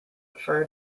for